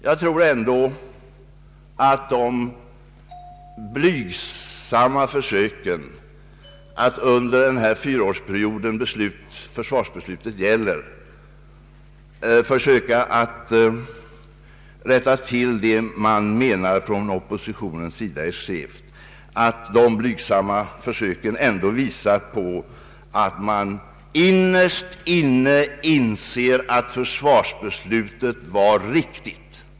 Jag tror att de blygsamma försök oppositionssidan gjort, att under den fyraårsperiod försvarsbeslutet omfattar, rätta till vad man anser vara skevt, visar att man innerst inne anser att försvarsbeslutet var riktigt.